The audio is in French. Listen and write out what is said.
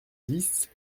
dix